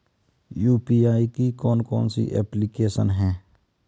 UPI की कौन कौन सी एप्लिकेशन हैं?